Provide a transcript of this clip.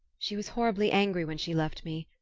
she was horribly angry when she left me.